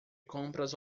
compras